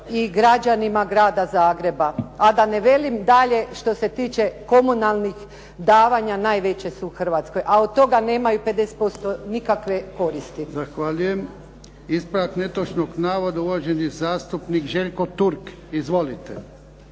i građanima Grada Zagreba. A da ne velim dalje što se tiče komunalnih davanja, najveća su u Hrvatskoj, a od toga nemaju 50% nikakve koristi. **Jarnjak, Ivan (HDZ)** Zahvaljujem. Ispravak netočnog navoda, uvaženi zastupnik Željko Turk. Izvolite.